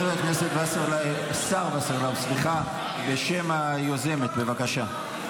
השר וסרלאוף, בשם היוזמת, בבקשה.